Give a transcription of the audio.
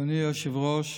אדוני היושב-ראש,